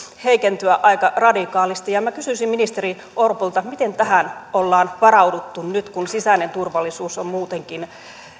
heikentyä aika radikaalisti minä kysyisin ministeri orpolta miten tähän ollaan varauduttu nyt kun sisäinen turvallisuus on muutenkin